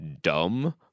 dumb